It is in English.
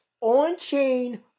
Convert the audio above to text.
on-chain